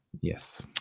yes